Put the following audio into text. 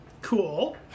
Cool